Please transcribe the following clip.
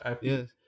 yes